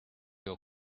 your